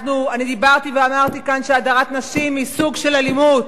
ואני דיברתי ואמרתי כאן שהדרת נשים היא סוג של אלימות,